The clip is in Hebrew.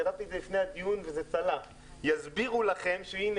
כתבתי את זה לפני הדיון וזה צלח יסבירו לכם שהנה